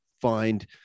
find